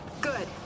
Good